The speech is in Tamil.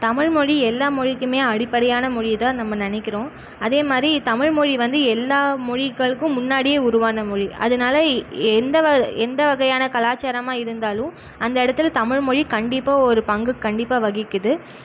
தமிழ் மொழி எல்லா மொழிக்குமே அடிப்படையான மொழியைதான் நம்ம நினைக்கிறோம் அதே மாதிரி தமிழ் மொழி வந்து எல்லா மொழிகளுக்கும் முன்னாடியே உருவான மொழி அதனால எந்த எந்த வகையான கலாச்சாரமாக இருந்தாலும் அந்த இடத்துல தமிழ் மொழி கண்டிப்பாக ஒரு பங்கு கண்டிப்பாக வகிக்குது